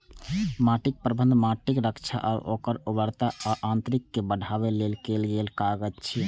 माटि प्रबंधन माटिक रक्षा आ ओकर उर्वरता आ यांत्रिकी कें बढ़ाबै लेल कैल गेल काज छियै